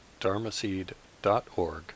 dharmaseed.org